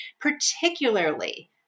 particularly